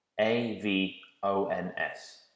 A-V-O-N-S